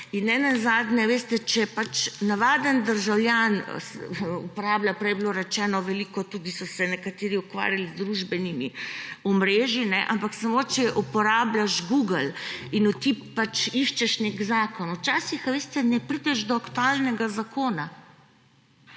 In nenazadnje, veste, če navaden državljan uporablja – prej je bilo rečeno, veliko so se tudi nekateri ukvarjali z družbenimi omrežji, ampak samo če uporabljaš Google in iščeš nek zakon, včasih, veste, ne prideš do aktualnega zakona.